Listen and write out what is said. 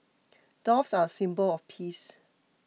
doves are a symbol of peace